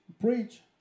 Preach